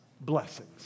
blessings